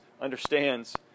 understands